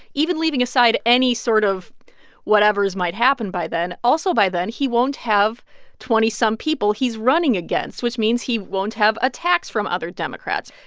even leaving aside any sort of whatevers might happen by then, also by then, he won't have twenty some people he's running against, which means he won't have attacks from other democrats.